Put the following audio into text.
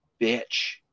bitch